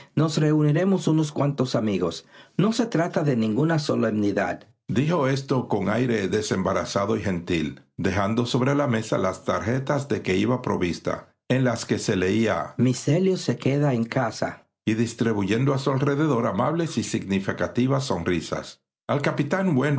nos reuniremos unos cuantos amigos no se trata de ninguna solemnidad dijo esto con aire desembarazado y gentil dejando sobre la mesa las tarjetas de que iba provista en las que se leía miss elliot se queda en casa y distribuyendo a su alrededor amables y significativas sonrisas al capitán